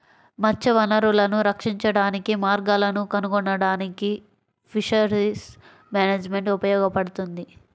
మత్స్య వనరులను రక్షించడానికి మార్గాలను కనుగొనడానికి ఫిషరీస్ మేనేజ్మెంట్ ఉపయోగపడుతుంది